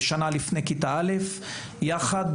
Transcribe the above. שנה לפני כיתה א' יחד,